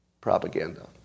propaganda